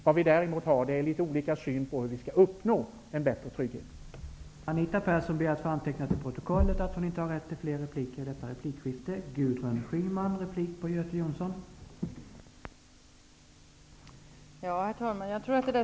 Vi har däremot litet olika syn på hur en bättre trygghet skall uppnås.